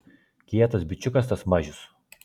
kietas bičiukas tas mažius